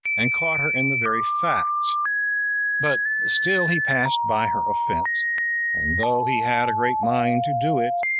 and caught her in the very fact but still he passed by her offense and though he had a great mind to do it,